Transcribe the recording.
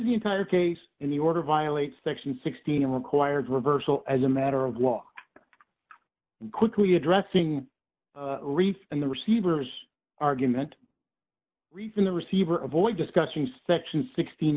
the entire case in the order violates section sixteen required reversal as a matter of law quickly addressing reef and the receivers argument reason the receiver avoid discussing section sixteen